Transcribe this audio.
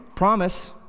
promise